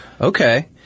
okay